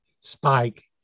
spike